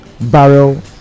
barrel